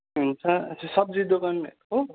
हुन्छ सब्जी दोकान भएको